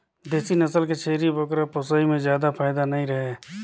देसी नसल के छेरी बोकरा पोसई में जादा फायदा नइ रहें